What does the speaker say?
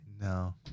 No